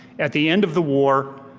at the end of the war,